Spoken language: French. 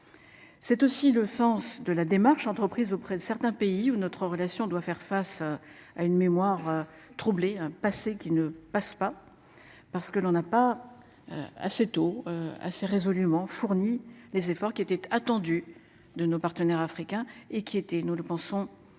C'est aussi le sens de la démarche entreprise auprès de certains pays où notre relation doit faire face à une mémoire troubler un passé qui ne passe pas. Parce qu'on n'a pas. Assez tôt. Ah résolument en fourni les efforts qui était attendues de nos partenaires africains et qui était, nous le pensons